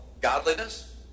godliness